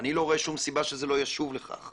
אני לא רואה שום סיבה שזה לא ישוב לכך.